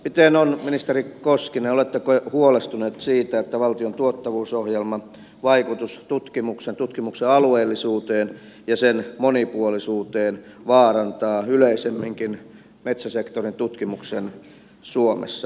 miten on ministeri koskinen oletteko huolestunut siitä että valtion tuottavuusohjelman vaikutus tutkimuksen alueellisuuteen ja monipuolisuuteen vaarantaa yleisemminkin metsäsektorin tutkimuksen suomessa